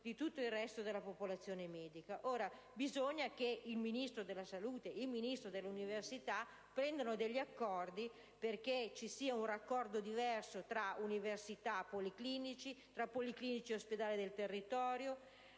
di tutto il resto della popolazione medica. È necessario che il Ministro della salute e il Ministro dell'università prendano degli accordi affinché ci sia un raccordo diverso tra università e policlinici, tra policlinici e ospedali del territorio,